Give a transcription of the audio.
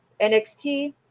NXT